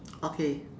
okay